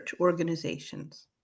organizations